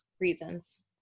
reasons